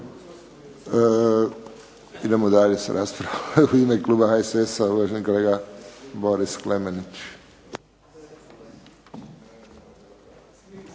Idemo dalje sa raspravom. U ime kluba HSS-a, uvaženi kolega Boris Klemenić.